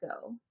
go